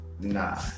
nah